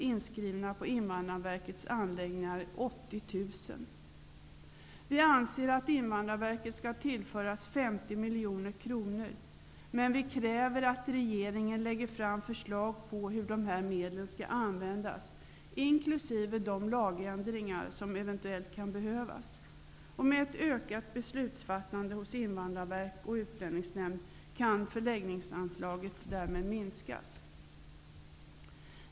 Vi anser att Invandrarverket skall tllföras 50 miljoner kronor. Men vi kräver att regeringen lägger fram förslag om hur de här medlen skall användas, inkl. de lagändringar som eventuellt kan behövas. Med ett ökat beslutsfattande hos Invandrarverket och Utlänningsnämnden kan förläggningsanslaget därmed minskas.